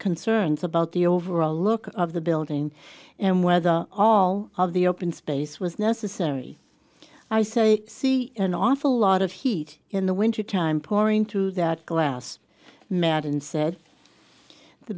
concerns about the overall look of the building and whether all of the open space was necessary i say see an awful lot of heat in the winter time pouring through that glass madden said the